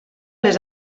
les